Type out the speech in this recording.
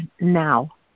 now